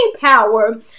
power